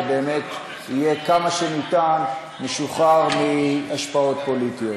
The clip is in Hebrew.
ובאמת יהיה כמה שניתן משוחרר מהשפעות פוליטיות.